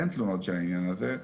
אין תלונות של העניין הזה.